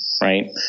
Right